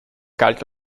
galt